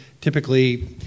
typically